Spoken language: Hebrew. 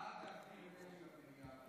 ההצעה לכלול את